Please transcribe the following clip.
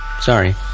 Sorry